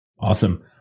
awesome